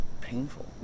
painful